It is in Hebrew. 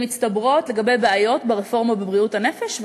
שמצטברות לגבי בעיות ברפורמה בבריאות הנפש,